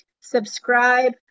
subscribe